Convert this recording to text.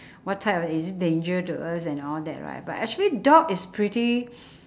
what type of is it danger to us and all that right but actually dog is pretty